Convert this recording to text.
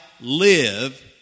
live